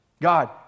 God